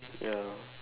ya